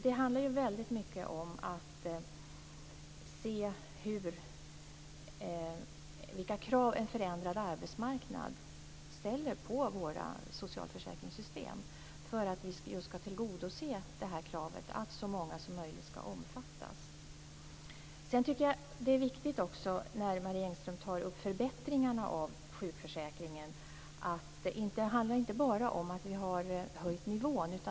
Det handlar väldigt mycket om att se vilka krav en förändrad arbetsmarknad ställer på våra socialförsäkringssystem, så att vi kan tillgodose kravet att så många som möjligt skall omfattas. Marie Engström tar upp förbättringarna av sjukförsäkringen. Jag tycker att det är viktigt att säga att det inte bara handlar om att vi har höjt nivån.